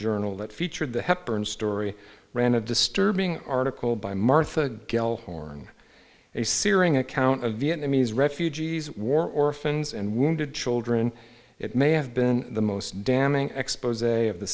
journal that featured the hepburn story ran a disturbing article by martha gellhorn a searing account of vietnamese refugees war orphans and wounded children it may have been the most damning expos of the